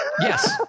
Yes